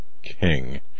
King